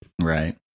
right